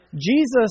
Jesus